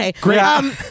Great